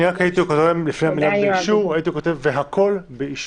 אני רק הייתי כותב לפני המילה "באישור" "והכול באישור".